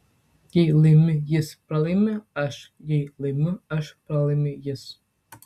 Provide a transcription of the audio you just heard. jei laimi jis pralaimiu aš jei laimiu aš pralaimi jis